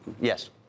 Yes